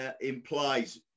implies